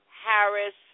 Harris